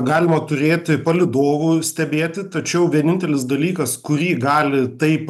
galima turėti palydovų stebėti tačiau vienintelis dalykas kurį gali taip